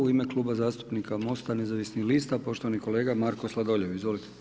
U ime Kluba zastupnika MOST-a nezavisnih lista, poštovani kolega Marko Sladoljev, izvolite.